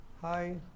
Hi